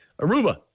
Aruba